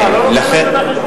מה, לא מביאים את זה בחשבון?